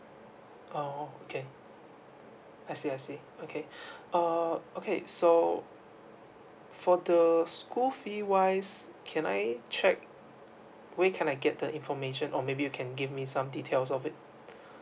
oh okay I see I see okay oh okay so for the school fee wise can I check where can I get the information or maybe you can give me some details of it